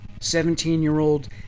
seventeen-year-old